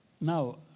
Now